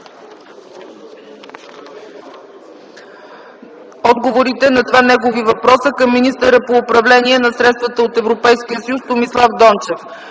отговорите на два негови въпроса към министъра по управление на средствата от Европейския съюз Томислав Дончев.